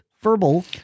verbal